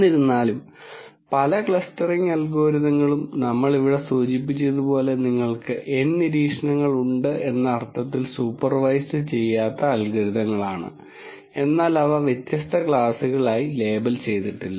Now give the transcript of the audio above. എന്നിരുന്നാലും പല ക്ലസ്റ്ററിംഗ് അൽഗോരിതങ്ങളും നമ്മൾ ഇവിടെ സൂചിപ്പിച്ചതുപോലെ നിങ്ങൾക്ക് N നിരീക്ഷണങ്ങൾ ഉണ്ട് എന്ന അർത്ഥത്തിൽ സൂപ്പർവൈസ്ഡ് ചെയ്യാത്ത അൽഗരിതങ്ങളാണ് എന്നാൽ അവ വ്യത്യസ്ത ക്ലാസുകളായി ലേബൽ ചെയ്തിട്ടില്ല